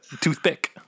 toothpick